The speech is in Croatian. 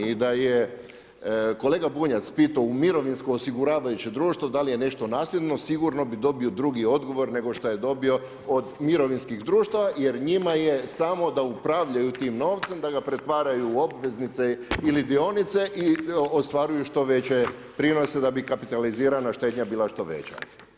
I da je kolega Bunjac pitao u mirovinsko osiguravajuće društvo da li je nešto nasljedno, sigurno bi dobio drugi odgovor, nego što je dobio od mirovinskih društava jer njima je samo da upravljaju tim novcem da ga pretvaraju u obveznice ili dionice i ostvaruju što veće prinose da bi kapitalizirana štednja bila što veća.